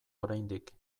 oraindik